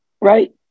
Right